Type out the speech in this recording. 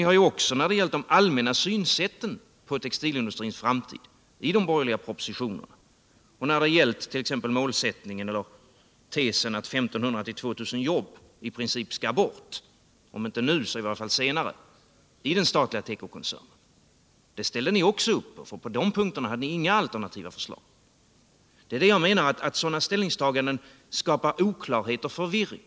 Ni har dessutom ställt upp bakom de allmänna synsätten på textilindustrins framtid i de borgerliga propositionerna och när det t.ex. gällt tesen att I 500-2 000 jobb i princip skall bort i den statliga tekokoncernen, om inte nu så i varje fall senare. På dessa punkter hade ni inga alternativa förslag. Jag menar att sådana ställningstaganden skapar oklarhet och förvirring.